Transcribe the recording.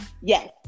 Yes